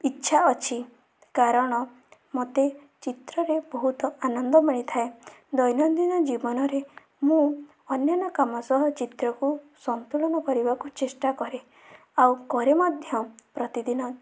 ଇଚ୍ଛା ଅଛି କାରଣ ମୋତେ ଚିତ୍ରରେ ବହୁତ ଆନନ୍ଦ ମିଳିଥାଏ ଦୈନନ୍ଦିନ ଜୀବନରେ ମୁଁ ଅନ୍ୟାନ କାମ ସହ ଚିତ୍ରକୁ ସନ୍ତୁଳୁନ କରିବାକୁ ଚେଷ୍ଟା କରେ ଆଉ କରେ ମଧ୍ୟ ପ୍ରତିଦିନ